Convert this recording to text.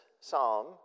psalm